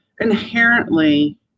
inherently